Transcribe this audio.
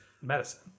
medicine